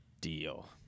deal